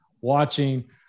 watching